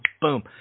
boom